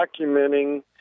documenting